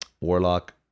warlock